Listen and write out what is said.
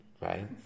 right